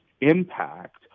impact